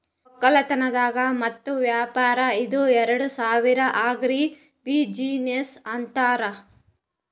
ವಕ್ಕಲತನ್ ಮತ್ತ್ ವ್ಯಾಪಾರ್ ಇದ ಏರಡ್ ಸೇರಿ ಆಗ್ರಿ ಬಿಜಿನೆಸ್ ಅಂತಾರ್